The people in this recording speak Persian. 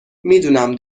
میدونم